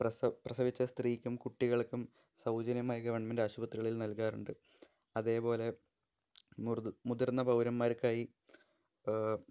പ്രസവിച്ച സ്ത്രീക്കും കുട്ടികള്ക്കും സൗജന്യമായി ഗവണ്മെന്റ് ആശുപത്രികളില് നല്കാറുണ്ട് അതേപോലെ മുതിര്ന്ന പൗരന്ന്മാര്ക്കായി